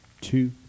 two